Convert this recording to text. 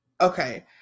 okay